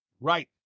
Right